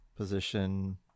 position